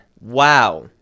Wow